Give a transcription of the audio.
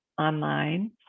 online